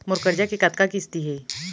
मोर करजा के कतका किस्ती हे?